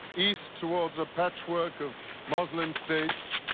east towards a patchwork of muslim states,